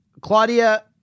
Claudia